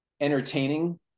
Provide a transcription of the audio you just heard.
entertaining